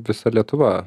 visa lietuva